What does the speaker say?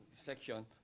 section